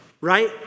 right